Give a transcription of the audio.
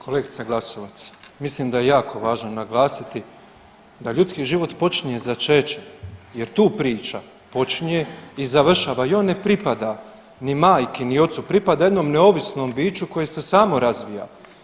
Kolegice Glasovac, mislim da je jako važno naglasiti da ljudski život počinje začećem jer tu priča počinje i završava i on ne pripada ni majki, ni ocu, pripada jednom neovisnom biću koje se samo razvija.